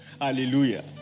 Hallelujah